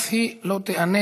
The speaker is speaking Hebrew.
אף היא לא תיענה.